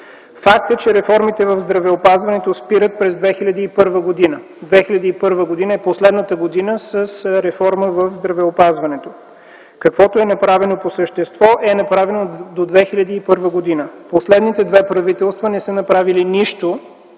Факт е, че реформите в здравеопазването спират през 2001 г. Две хиляди и първа година е последната година с реформа в здравеопазването. Каквото е направено по същество, е направено до 2001 г. Последните две правителства не са направили нищо,